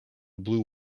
blue